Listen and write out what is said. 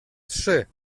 trzy